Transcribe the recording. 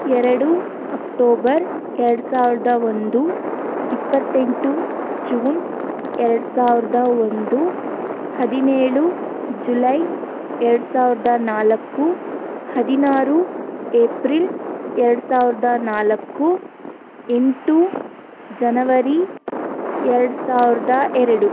ಎರಡು ಅಕ್ಟೋಬರ್ ಎರಡು ಸಾವಿರದ ಒಂದು ಇಪ್ಪತ್ತೆಂಟು ಜೂನ್ ಎರಡು ಸಾವಿರದ ಒಂದು ಹದಿನೇಳು ಜುಲೈ ಎರಡು ಸಾವಿರದ ನಾಲ್ಕು ಹದಿನಾರು ಏಪ್ರಿಲ್ ಎರಡು ಸಾವಿರದ ನಾಲ್ಕು ಎಂಟು ಜನವರಿ ಎರಡು ಸಾವಿರದ ಎರಡು